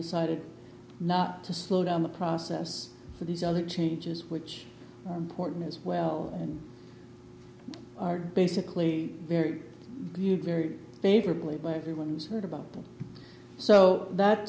decided not to slow down the process for these other changes which important as well are basically very very favorably by everyone who's heard about them so that